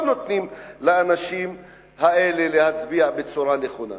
נותנים לאנשים האלה להצביע בצורה נכונה.